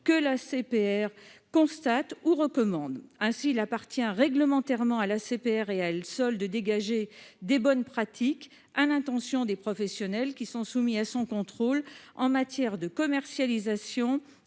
organisme constate ou recommande. Ainsi, il appartient réglementairement à l'ACPR, et à elle seule, de dégager des bonnes pratiques à l'intention des professionnels soumis à son contrôle en matière de commercialisation